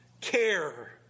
care